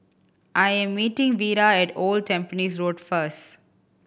I am meeting Vira at Old Tampines Road first